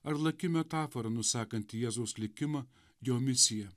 ar laki metafora nusakanti jėzaus likimą jo misiją